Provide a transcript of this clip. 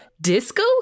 disco